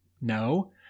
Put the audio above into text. no